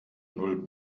null